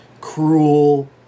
cruel